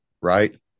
right